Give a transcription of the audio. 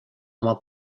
oma